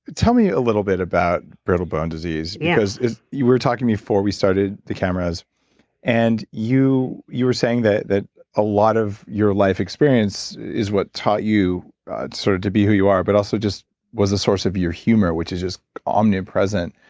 tell me a little bit about brittle bone disease, because we were talking before we started the cameras and you you were saying that that a lot of your life experience is what taught you sort of to be who you are, but also just was the source of your humor which is just omnipresent.